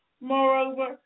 Moreover